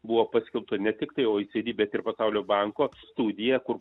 buvo paskelbta ne tiktai oecd bet ir pasaulio banko studija kur